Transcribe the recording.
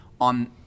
on